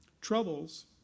Troubles